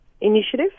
initiative